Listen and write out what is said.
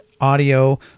audio